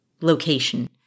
location